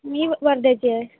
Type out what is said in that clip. मी वर्ध्याची आहे